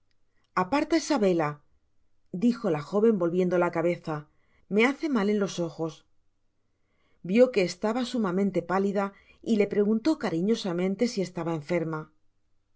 aparta esa vela dijo la joven volviendo la cabeza me hace mal en los ojos vio que estaba sumamente pálida y le preguntó cariñosamente si estaba enferma